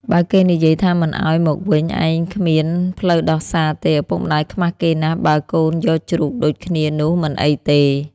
បើគេនិយាយថាមិនឱ្យមកវិញ ឯងគ្មានផ្លូវដោះសារទេ ឪពុកម្ដាយខ្មាសគេណាស់ បើកូនយកជ្រូកដូចគ្នានោះមិនអីទេ ។